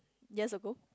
years ago